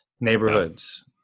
Neighborhoods